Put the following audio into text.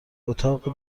اتاق